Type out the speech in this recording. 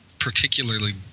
Particularly